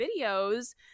videos